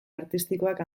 artistikoak